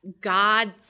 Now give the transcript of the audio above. God